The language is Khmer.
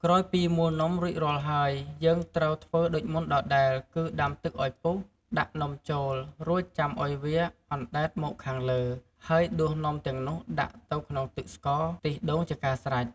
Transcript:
ក្រោយពីមូលនំរួចរាល់ហើយ យើងត្រូវធ្វើដូចមុនដដែលគឺ ដាំទឹកឱ្យពុះ ដាក់នំចូល រួចចាំឱ្យវាអណ្ដែតមកខាងលើ ហើយដួសនំទាំងនោះដាក់ទៅក្នុងទឹកស្ករខ្ទិះដូងជាការស្រេច។